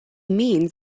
means